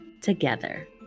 together